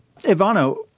Ivano